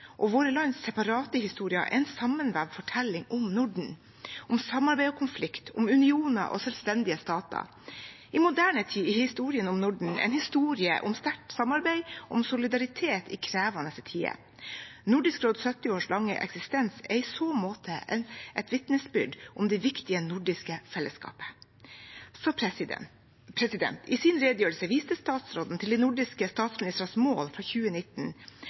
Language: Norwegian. og nedturer. Våre lands separate historier er sammenvevd en fortelling om Norden, om samarbeid og konflikt, om unioner og selvstendige stater. I moderne tid er historien om Norden en historie om sterkt samarbeid og solidaritet i krevende tider. Nordisk råds 70 års lange eksistens er i så måte et vitnesbyrd om det viktige nordiske fellesskapet. I sin redegjørelse viste statsråden til de nordiske statsministrenes mål fra 2019: